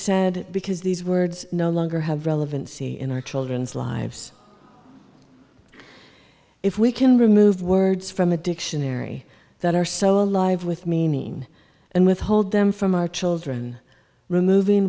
said because these words no longer have relevancy in our children's lives if we can remove words from a dictionary that are so alive with meaning and withhold them from our children removing